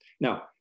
Now